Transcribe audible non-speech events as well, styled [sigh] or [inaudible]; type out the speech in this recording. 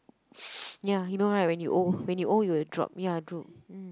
[noise] ya you know right when you old when you old you will drop ya droop mm